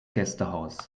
gästehaus